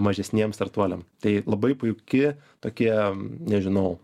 mažesniem startuoliam tai labai puiki tokie nežinau